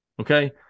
Okay